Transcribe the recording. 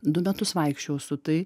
du metus vaikščiojau su tai